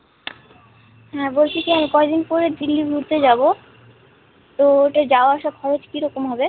হ্যাঁ বলছি যে আমি কয় দিন পরে দিল্লি ঘুরতে যাবো তো ওটার যাওয়া আসা খরচ কী রকম হবে